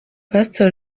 pastor